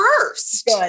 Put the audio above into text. first